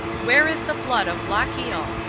where is the blood of lochiel?